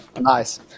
Nice